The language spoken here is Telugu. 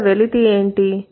ఇక్కడ వెలితి ఏంటి